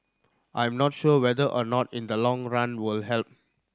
I'm not sure whether or not in the long run will help